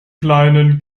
kleinen